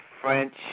French